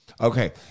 Okay